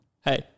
Hey